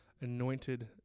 anointed